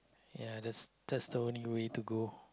ya that's that's the only way to go